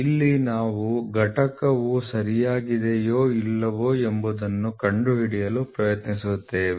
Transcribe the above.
ಇಲ್ಲಿ ನಾವು ಘಟಕವು ಸರಿಯಾಗಿದೆಯೋ ಇಲ್ಲವೋ ಎಂಬುದನ್ನು ಕಂಡುಹಿಡಿಯಲು ಪ್ರಯತ್ನಿಸುತ್ತೇವೆ